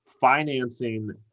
financing